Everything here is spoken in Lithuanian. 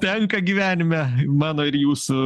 tenka gyvenime mano ir jūsų